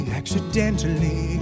accidentally